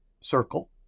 circle